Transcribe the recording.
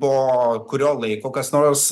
po kurio laiko kas nors